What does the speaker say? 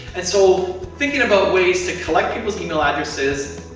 and so, thinkin' about ways to collect people's email addresses,